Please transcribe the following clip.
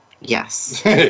Yes